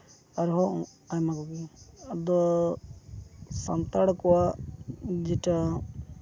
ᱟᱨᱦᱚᱸ ᱟᱭᱢᱟ ᱠᱚᱜᱮ ᱟᱫᱚ ᱥᱟᱱᱛᱟᱲ ᱠᱚᱣᱟᱜ ᱡᱮᱴᱟ